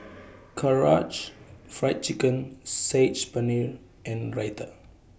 Karaage Fried Chicken Saag Paneer and Raita